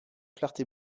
clarté